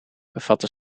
bevatte